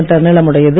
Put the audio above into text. metre நீளமுடையது